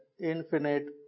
infinite